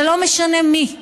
ולא משנה מי,